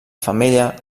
femella